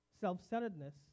self-centeredness